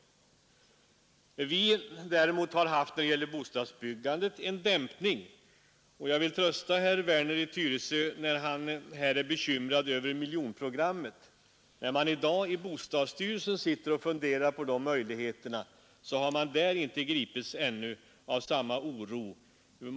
Vi har däremot haft en dämpning av bostadsbyggandet, men jag vill trösta herr Werner i Tyresö när han är bekymrad över miljonprogrammet. Bostadsstyrelsen har ännu inte gripits av samma oro.